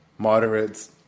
Moderates